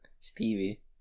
Stevie